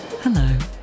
Hello